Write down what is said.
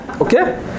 okay